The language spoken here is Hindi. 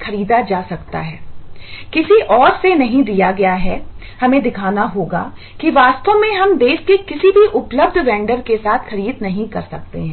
खरीदा जा सकता है किसी और से नहीं दिया गया है हमें दिखाना होगा की वास्तव में हम देश के किसी भी उपलब्ध वेंडर के साथ खरीद नहीं कर सकते हैं